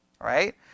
right